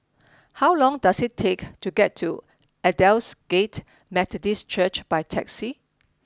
how long does it take to get to Aldersgate Methodist Church by taxi